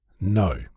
no